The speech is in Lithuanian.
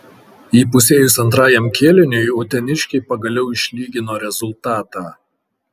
įpusėjus antrajam kėliniui uteniškiai pagaliau išlygino rezultatą